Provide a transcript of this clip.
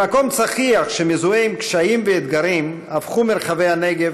ממקום צחיח שמזוהה עם קשיים ואתגרים הפכו מרחבי הנגב